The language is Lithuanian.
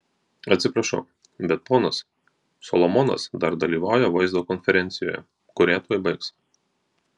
atsiprašau bet ponas solomonas dar dalyvauja vaizdo konferencijoje kurią tuoj baigs